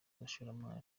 abashoramari